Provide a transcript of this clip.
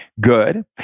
good